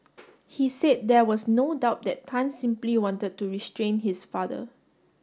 he said there was no doubt that Tan simply wanted to restrain his father